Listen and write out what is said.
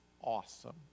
awesome